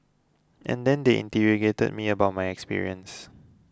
and then they interrogated me about my experience